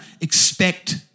expect